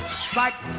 strike